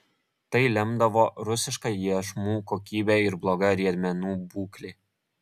tai lemdavo rusiška iešmų kokybė ir bloga riedmenų būklė